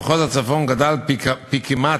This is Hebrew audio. עושים במכללת ספיר ובמכללת קיי.